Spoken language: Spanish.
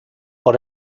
por